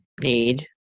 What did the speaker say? need